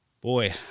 boy